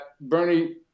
Bernie